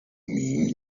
mean